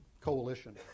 coalition